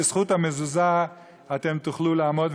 בזכות המזוזה אתם תוכלו לעמוד,